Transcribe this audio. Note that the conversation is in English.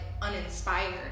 uninspired